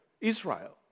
Israel